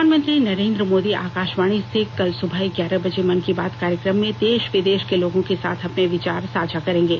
प्रधानमंत्री नरेन्द्र मोदी आकाशवाणी से कल सुबह ग्यारह बजे मन की बात कार्यक्रम में देश विदेश के लोगों के साथ अपने विचार साझा करेंगे